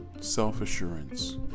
self-assurance